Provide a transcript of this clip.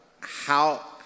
how-